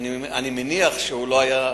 אני מניח שהוא לא היה מעוכב.